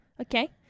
Okay